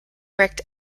worked